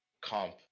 comp